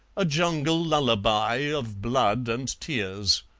a jungle lullaby of blood and tears